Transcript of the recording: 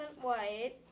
white